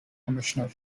commissioner